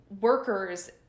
workers